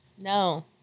No